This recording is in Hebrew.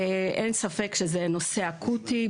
אין ספק שזה נושא אקוטי,